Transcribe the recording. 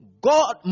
God